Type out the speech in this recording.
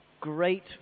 great